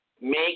Make